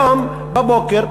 היום בבוקר,